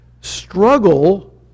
struggle